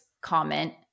comment